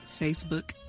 Facebook